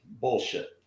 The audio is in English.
Bullshit